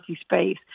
space